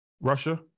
Russia